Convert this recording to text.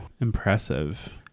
impressive